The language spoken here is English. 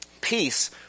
peace